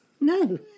no